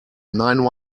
nine